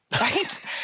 Right